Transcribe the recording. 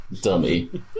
dummy